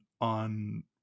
on –